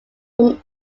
from